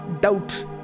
doubt